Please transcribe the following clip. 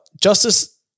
justice